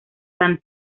san